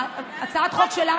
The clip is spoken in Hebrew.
הצעת החוק שלך,